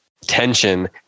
tension